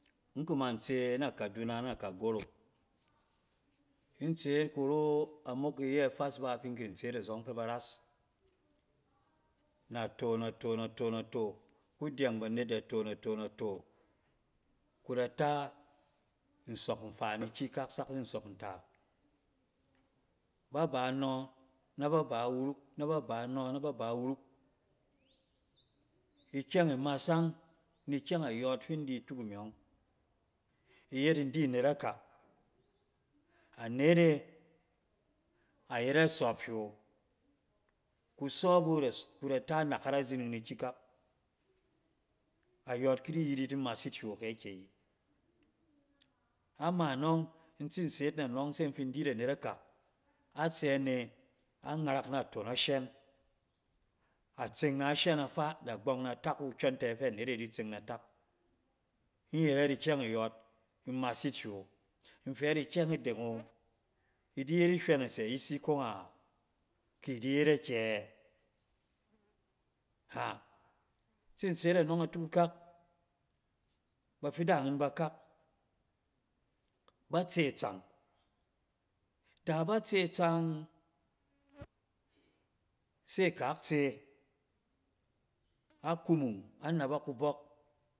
In kuman tse na kaduna na kagoro in tseet kuro amok iyɛ ifas ba fin kin tset azɔng fɛ ba ras. Nato nato, nato, nato. Kudyɛng banet data, nato, nato, kuda ta nsɔk nfaa ni kyikak sak ni nsɔk ntaat. Ba ba nɔ ma ba ba wuruk, na ba ba nɔ na ba ba wuruk. Ikyɛng imasang ni kyɛng ayɔɔt fin di atuke me ɔng. Iyet indi anet akak anet kuda ta anakat azining ni kyikak nyɔɔt kidi yit yit imas yit hywe awo kɛ akɛyi. Ama nɔng in tsin se yit na nɔng se fin di yit anet akak atsɛ ne, angarak naton ashen. A tseng nashen afaa dagbɔng na tak wu kyɔntɛ fɛ net e di tseng natak wu. in yɛrɛ ikyɛng ayɛɛt imas yit hywɛ wo, in fɛ yit ikyɛng ideng wo, idi yet ihywɛnɛsɛ ayisi kong a, ki idi yet akɛ? Ha! In tsin se yit anɔng atukakak bafidang in bakak batse itsang, da ba tse itsang, se kak tse, a kumung, a nabak kubɔk